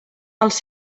els